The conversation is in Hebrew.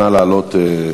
נא לעלות.